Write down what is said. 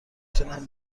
تونم